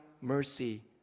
mercy